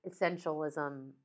essentialism